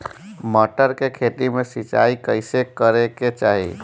मटर के खेती मे सिचाई कइसे करे के चाही?